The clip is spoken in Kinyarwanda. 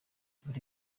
buri